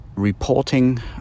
reporting